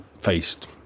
faced